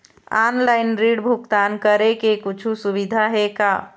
Online ऋण भुगतान करे के कुछू सुविधा हे का?